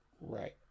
Right